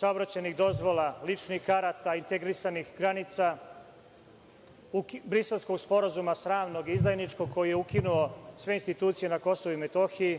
saobraćajnih dozvola, ličnih karata, integrisanih granica, Briselskog sporazuma, sramnog i izdajničkog, koji je ukinuo sve institucije na KiM, koji